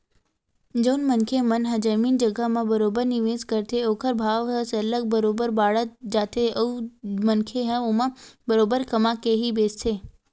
जउन मनखे मन ह जमीन जघा म बरोबर निवेस करथे ओखर भाव ह सरलग बरोबर बाड़त जाथे अउ मनखे ह ओमा बरोबर कमा के ही बेंचथे